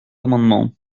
amendement